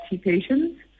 patients